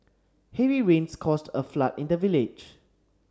heavy rains caused a flood in the village